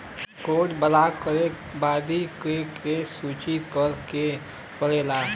Card block करे बदी के के सूचित करें के पड़ेला?